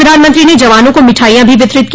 प्रधानमंत्री ने जवानों को मिठाइयां भी वितरित की